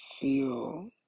feel